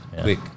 quick